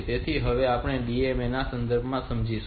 તેથી હવે આપણે તેને એક DMA ના સંદર્ભમાં સમજીશું